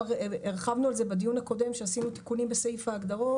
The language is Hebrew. הרחבנו על זה בדיון הקודם עת עשינו תיקונים בסעיף ההגדרות.